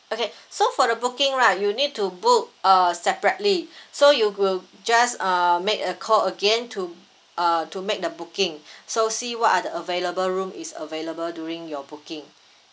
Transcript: okay so for the booking right you need to book uh separately so you will just uh make a call again to uh to make the booking so see what are the available room is available during your booking